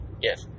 yes